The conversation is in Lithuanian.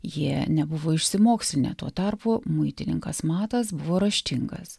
jie nebuvo išsimokslinę tuo tarpu muitininkas matas buvo raštingas